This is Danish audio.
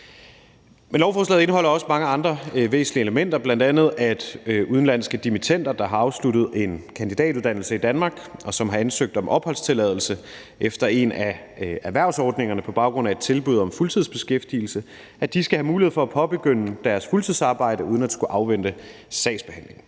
Men lovforslaget indeholder også mange andre væsentlige elementer, bl.a. at udenlandske dimittender, der har afsluttet en kandidatuddannelse i Danmark, og som har ansøgt om opholdstilladelse efter en af erhvervsordningerne på baggrund af et tilbud om fuldtidsbeskæftigelse, skal have mulighed for at påbegynde deres fuldtidsarbejde uden at skulle afvente sagsbehandling.